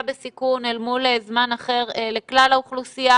בסיכון אל מול זמן אחר לכלל האוכלוסייה.